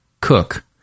cook